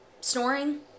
snoring